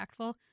impactful